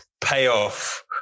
payoff